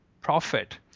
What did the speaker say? profit